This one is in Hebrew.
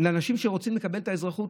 לאנשים שרוצים לקבל את האזרחות,